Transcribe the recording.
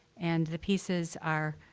and the pieces are